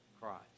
Christ